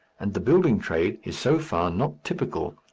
and the building trade is so far not typical,